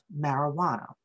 marijuana